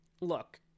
look